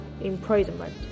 imprisonment